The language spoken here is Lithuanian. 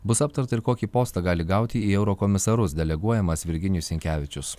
bus aptarta ir kokį postą gali gauti į eurokomisarus deleguojamas virginijus sinkevičius